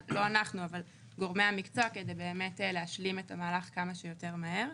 לא אנחנו אבל גורמי המקצוע כדי להשלים את המהלך כמה שיותר מהר.